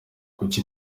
kuki